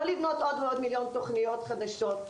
לא לבנות עוד ועוד תוכניות חדשות,